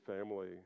family